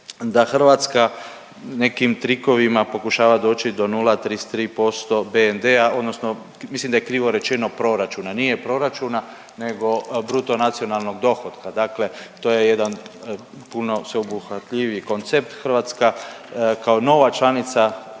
da Hrvatska nekim trikovima pokušava doći do 0,33% BND-a odnosno mislim da je krivo rečeno proračuna, nije proračuna nego bruto nacionalnog dohotka, dakle to je jedan puno sveobuhvatljiviji koncept. Hrvatska kao nova članica od